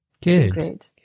good